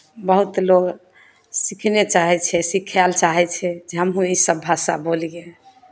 बहुत लोग सिखने चाहे छै सिखय लेल चाहै छै जे हमहूँ ईसभ भाषा बोलियै